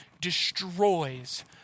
destroys